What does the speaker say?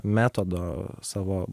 metodo savo